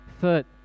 third